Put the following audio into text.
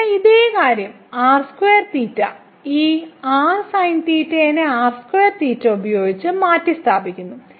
ഇവിടെ അതേ കാര്യം ഈ r sinθ നെ ഉപയോഗിച്ച് മാറ്റിസ്ഥാപിക്കുന്നു